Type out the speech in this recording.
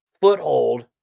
foothold